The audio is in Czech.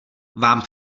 vám